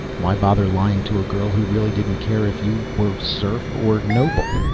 why bother lying to a girl who really didn't care if you were serf or noble?